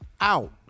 out